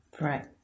Right